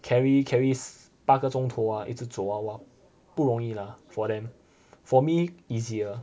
carry carry 八个钟头 ah 一直走 ah !wah! 不容易 lah for them for me easier